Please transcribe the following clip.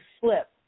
slip